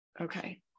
Okay